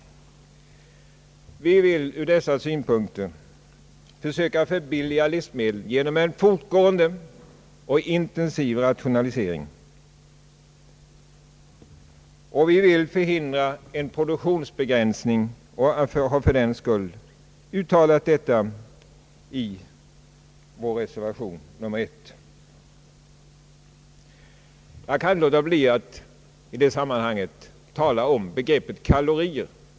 Ur dessa synpunkter vill vi försöka förbilliga livsmedlen genom en fortgående och intensiv rationalisering. Vi vill förhindra en produktionsbegränsning och har fördenskull framhållit detta i vår reservation nr 1. I detta sammanhang kan jag inte låta bli ati tala om begreppet kalorier.